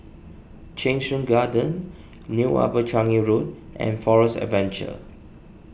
Cheng Soon Garden New Upper Changi Road and Forest Adventure